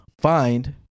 find